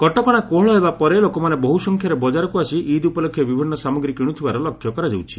କଟକଣା କୋହଳ ହେବା ପରେ ଲୋକମାନେ ବହୁ ସଂଖ୍ୟାରେ ବଜାରକୁ ଆସି ଇଦ୍ ଉପଲକ୍ଷେ ବିଭିନ୍ନ ସାମଗ୍ରୀ କିଣୁଥିବାର ଲକ୍ଷ୍ୟ କରାଯାଉଛି